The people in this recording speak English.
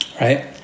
right